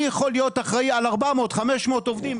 אני יכול להיות אחראי על 400-500 עובדים,